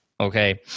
Okay